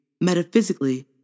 Metaphysically